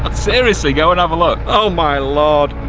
and seriously, go and have a look. oh my lord.